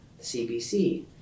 CBC